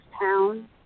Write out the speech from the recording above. town